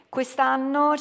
Quest'anno